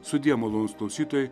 sudie malonūs klausytojai